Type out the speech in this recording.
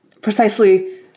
precisely